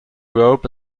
rope